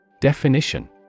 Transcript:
Definition